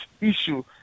issue